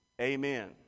Amen